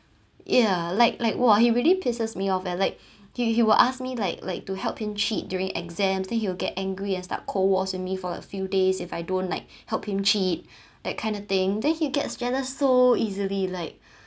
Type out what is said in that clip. ya like like !wah! he really pisses me off like he he will ask me like like to help him cheat during exams then he will get angry and start cold wars with me for a few days if I don't like help him cheat that kind of thing then he gets jealous so easily like